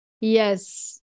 Yes